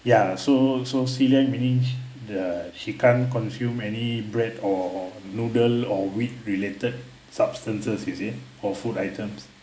ya so so celiac meanings the she can't confuse any bread or noodle or wheat related substances is it for food items